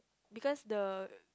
because the